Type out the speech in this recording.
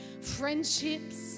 friendships